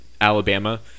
Alabama